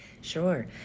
Sure